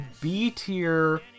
B-tier